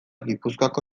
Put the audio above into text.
gipuzkoako